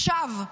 עכשיו.